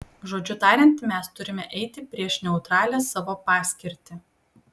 žodžiu tariant mes turime eiti prieš neutralią savo paskirtį